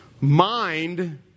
mind